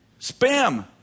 Spam